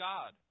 God